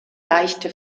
leichte